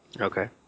Okay